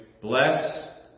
bless